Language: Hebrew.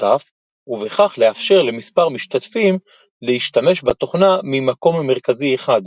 משותף ובכך לאפשר למספר משתתפים להשתמש בתוכנה ממקום מרכזי אחד,